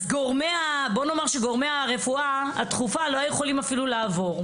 אז גורמי הרפואה הדחופה לא היו יכולים לעבור.